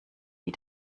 wie